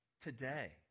today